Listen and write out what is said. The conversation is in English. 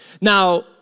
Now